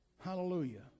Hallelujah